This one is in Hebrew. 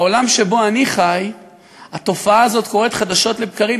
בעולם שבו אני חי התופעה הזאת קורית חדשות לבקרים,